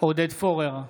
עודד פורר,